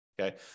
Okay